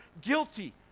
guilty